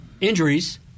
injuries